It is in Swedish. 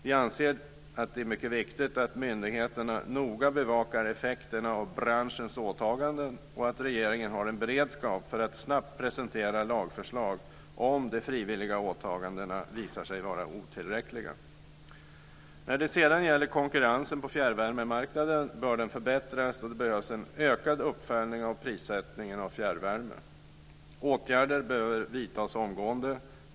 Vi anser att det är mycket viktigt att myndigheterna noga bevakar effekterna av branschens åtaganden och att regeringen har en beredskap att snabbt presentera lagförslag om de frivilliga åtagandena visar sig vara otillräckliga. Konkurrensen på fjärrvärmemarknaden bör förbättras, och det behövs en ökad uppföljning av prissättningen på fjärrvärme. Åtgärder behöver vidtas omgående.